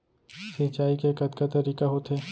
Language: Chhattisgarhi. सिंचाई के कतका तरीक़ा होथे?